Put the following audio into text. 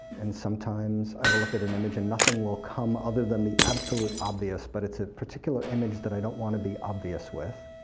and sometimes i will look at an image and nothing will come other than the absolute obvious, but it's a particular image that i don't want to be obvious with,